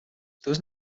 there